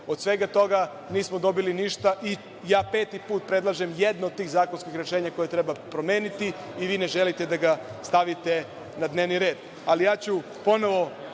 Od svega toga nismo dobili ništa, i ja, peti put, predlažem jedno od tih zakonskih rešenja koja treba promeniti, i vi ne želite da ga stavite na dnevni red. Ali, ja ću ponovo